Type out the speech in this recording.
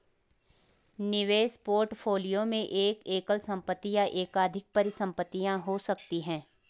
निवेश पोर्टफोलियो में एक एकल संपत्ति या एकाधिक परिसंपत्तियां हो सकती हैं